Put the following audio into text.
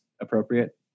appropriate